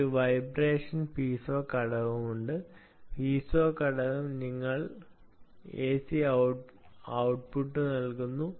ഒരു vibration piezo ഘടകമുണ്ട് piezo ഘടകം നിങ്ങൾക്ക് എസി ഔട്ട്പുട്ട് നൽകുന്നു